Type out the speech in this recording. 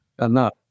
enough